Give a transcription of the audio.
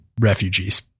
refugees